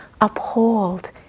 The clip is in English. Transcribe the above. uphold